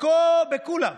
בכולם.